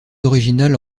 originales